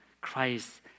Christ